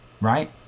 Right